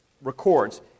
records